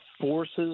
forces